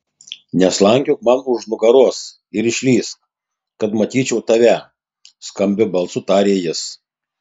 neslankiok man už nugaros ir išlįsk kad matyčiau tave skambiu balsu tarė jis